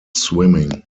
swimming